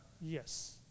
Yes